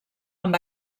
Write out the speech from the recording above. amb